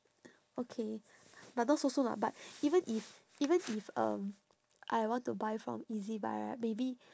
okay but those also lah but even if even if um I want to buy from ezbuy right maybe